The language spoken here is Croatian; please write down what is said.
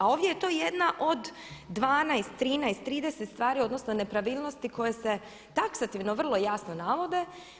A ovdje je, to jedna od 12, 13, 30 stvari, odnosno nepravilnosti koje se taksativno vrlo jasno navode.